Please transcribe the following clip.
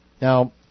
now